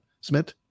Smith